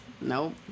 Nope